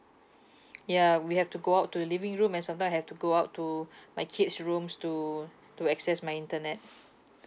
ya we have to go out to the living room and sometime have to go out to my kids rooms to to access my internet